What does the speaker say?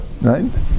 right